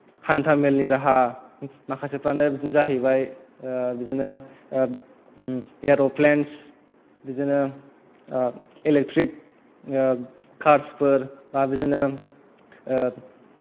हान्था मेलनि राहा माखासेफ्रानो बिदिनो जाहैबाय बिदिनो बिदिनो एयार'प्लेनस बिदिनो एलेकट्रिक कार्सफोर बा बिदिनो